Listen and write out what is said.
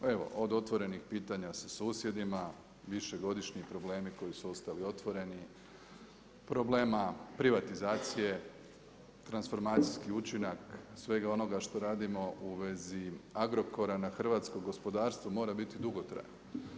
Evo od otvorenih pitanja sa susjedima, višegodišnji problemi koji su ostali otvoreni, problema privatizacije, transformacijski učinak, svega onoga što radimo u vezi Agrokora na hrvatsko gospodarstvo mora biti dugotrajno.